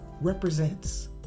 represents